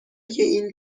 این